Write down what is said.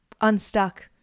unstuck